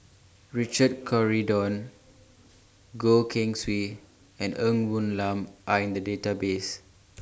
Richard Corridon Goh Keng Swee and Ng Woon Lam Are in The Database